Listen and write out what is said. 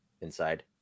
inside